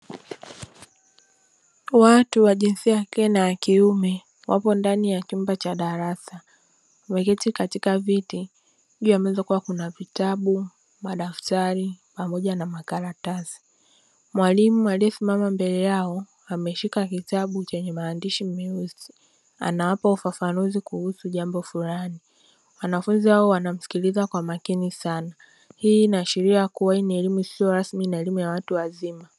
Watu wa jinsia ke na ya kiume wapo ndani ya chumba cha darasa. Wameketi katika viti juu ya meza kukiwa kuwa kuna vitabu, madaftali pamoja na makaratasi. Mwalimu aliyevimba mbele yao ameshika kitabu yenye maandishi mengi. Anawapa ufafanuzi kuhusu jambo fulani. Wanafunzi hao wanamsikiliza kwa makini sana. Hii inashiria kuwa hii ni elimu isiyoo rasmi na elimu ya watu wazima.